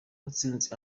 mutsinzi